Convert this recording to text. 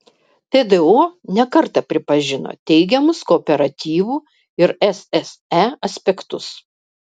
tdo ne kartą pripažino teigiamus kooperatyvų ir sse aspektus